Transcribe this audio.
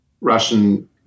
Russian